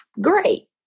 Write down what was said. Great